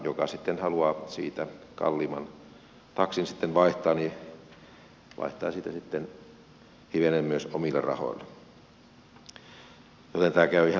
joka sitten haluaa siitä kalliimman taksin vaihtaa vaihtaa sitä sitten hivenen myös omilla rahoillaan joten tämä käy ihan suurelle osalle